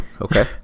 Okay